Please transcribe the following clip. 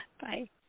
Bye